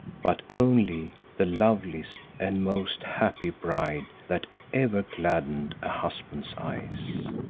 but only the loveliest and most happy bride that ever gladdened a husband's eyes.